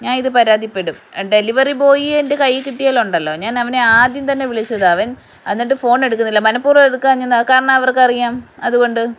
ഞാൻ ഇത് പരാതിപ്പെടും ഡെലിവറി ബോയിയെ എൻ്റെ കയ്യിൽ കിട്ടിയാലുണ്ടല്ലോ ഞാൻ അവനെ ആദ്യം തന്നെ വിളിച്ചതാണ് അവൻ എന്നിട്ട് ഫോൺ എടുക്കുന്നില്ല മനപ്പൂർവം എടുക്കാത്തതാണ് കാരണം അവർക്ക് അറിയാം അതുകൊണ്ട്